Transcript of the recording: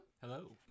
Hello